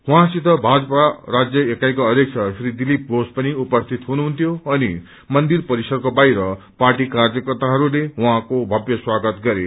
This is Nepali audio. उझौँसित भाजपा राज्य एकाइका अध्यक्ष श्री दिलीप घोष पनि उपस्थित हुनुहुन्थ्यो अनि मन्दिर परिसरको बाहिर पार्टी कार्यकप्रहरूले उहाँको भव्य स्वागत गरे